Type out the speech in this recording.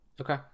Okay